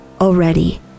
already